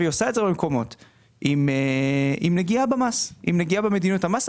עם נגיעה במדיניות המס.